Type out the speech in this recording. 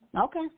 Okay